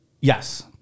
Yes